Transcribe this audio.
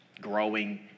growing